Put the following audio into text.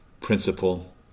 principle